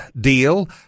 deal